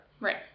Right